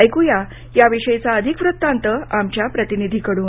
ऐकूया याविषयीचा अधिक वृत्तान्त आमच्या प्रतिनिधीकडून